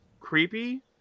creepy